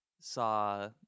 saw